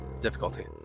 Difficulty